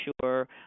sure